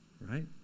Right